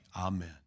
Amen